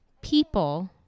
People